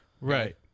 right